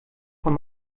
von